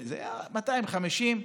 250,